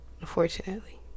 Unfortunately